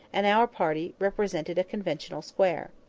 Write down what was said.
and our party represented a conversational square.